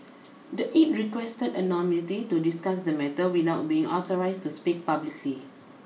the aide requested anonymity to discuss the matter without being authorised to speak publicly